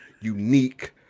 unique